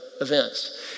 events